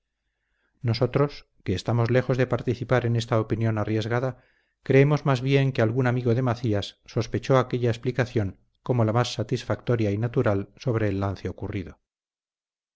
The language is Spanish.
nosotros que estamos lejos de participar en esta opinión arriesgada creemos más bien que algún amigo de macías sospechó aquella explicación como la más satisfactoria y natural sobre el lance ocurrido